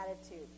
attitude